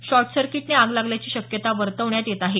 short circuit ने आग लागल्याची शक्यता वर्तवण्यात येत आहे